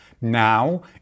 Now